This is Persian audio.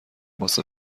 واسه